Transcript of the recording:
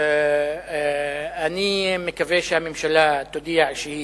אני מקווה שהממשלה תודיע שהיא